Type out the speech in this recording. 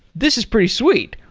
this is pretty sweet.